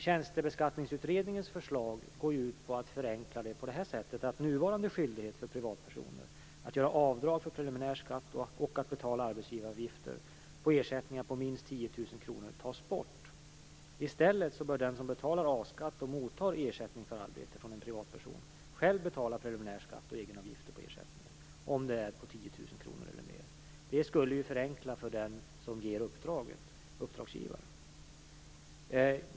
Tjänstebeskattningsutredningens förslag går ut på att förenkla detta på så sätt att nuvarande skyldighet för privatpersoner att göra avdrag för preliminär skatt och att betala arbetsgivaravgifter på ersättningar på minst 10 000 kr tas bort. I stället bör den som betalar A-skatt och tar emot ersättning från en privatperson själv betala preliminär skatt och egenavgifter på ersättningen om den är 10 000 kr eller mer. Det skulle ju förenkla för den som ger uppdraget, uppdragsgivaren.